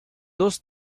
dos